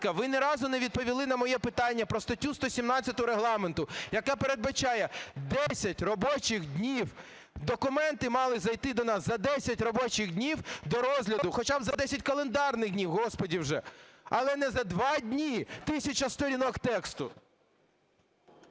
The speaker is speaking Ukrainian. ви ні разу не відповіли на моє питання про статтю 117 Регламенту, яка передбачає 10 робочих днів, документи мали зайти до нас за 10 робочих днів до розгляду, хоча б за 10 календарних днів, Господи, вже. Але не за 2 дні – тисяча сторінок тексту.